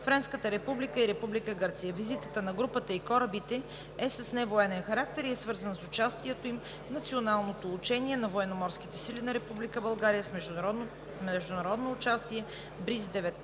Френската република и Република Гърция. Визитата на групата и корабите е с невоенен характер и е свързана с участието им в Националното учение на Военноморските сили на Република България с международно участие „Бриз